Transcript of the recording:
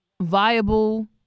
viable